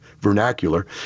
vernacular